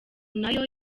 nayo